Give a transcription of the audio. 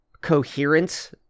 coherent